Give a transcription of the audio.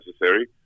necessary